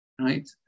right